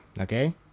okay